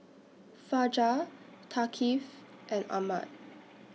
Fajar Thaqif and Ahmad